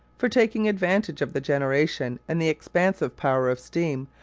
for taking advantage of the generation and the expansive power of steam,